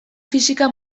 fisika